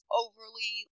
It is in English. overly